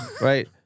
Right